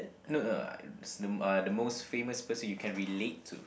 no no uh s~ the m~ uh the most famous person you can relate to